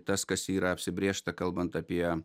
tas kas yra apsibrėžta kalbant apie